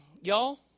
Y'all